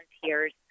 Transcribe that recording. volunteers